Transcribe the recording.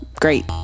great